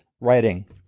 writing